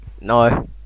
No